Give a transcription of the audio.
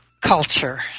culture